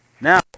Now